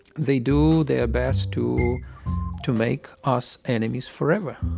they do their best to to make us enemies forever.